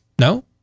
No